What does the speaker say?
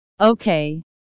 Okay